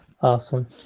awesome